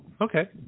okay